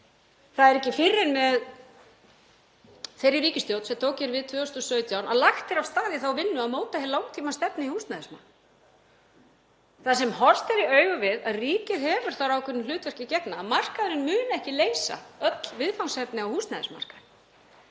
það er ekki fyrr en með þeirri ríkisstjórn sem tók hér við 2017 að lagt er af stað í þá vinnu að móta langtímastefnu í húsnæðismálum þar sem horfst er í augu við það að ríkið hefur þar ákveðnu hlutverki að gegna, að markaðurinn mun ekki leysa öll viðfangsefni á húsnæðismarkaði.